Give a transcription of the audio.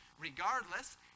regardless